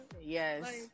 Yes